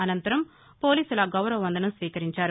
అనంతరం పోలీసుల గౌరవ వందనం స్వీకరించారు